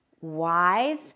wise